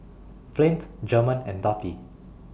Flint German and Dottie